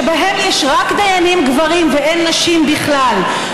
שבהם יש רק דיינים גברים ואין נשים בכלל,